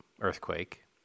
earthquake